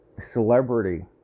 celebrity